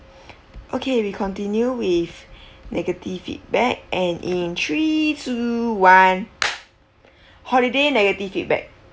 okay we continue with negative feedback and in three two one holiday negative feedback